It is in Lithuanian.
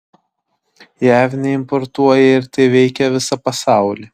jav neimportuoja ir tai veikia visą pasaulį